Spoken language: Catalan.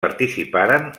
participaren